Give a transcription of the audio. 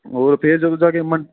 ਹੋਰ ਫਿਰ ਜਦੋਂ ਜਾ ਕੇ ਮੰਡ